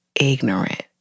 ignorant